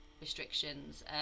restrictions